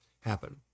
happen